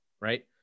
right